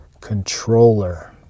controller